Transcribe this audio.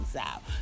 out